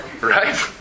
right